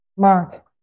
Mark